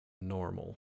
normal